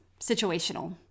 situational